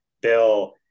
bill